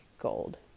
gold